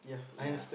ya